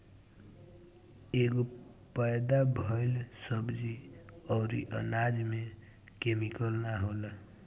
एसे पैदा भइल सब्जी अउरी अनाज में केमिकल ना होला